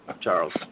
Charles